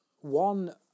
One